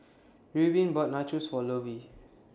Reubin bought Nachos For Lovey